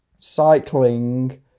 Cycling